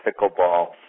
pickleball